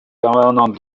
permanente